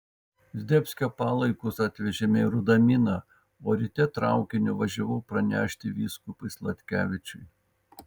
zdebskio palaikus atvežėme į rudaminą o ryte traukiniu važiavau pranešti vyskupui sladkevičiui